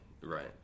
right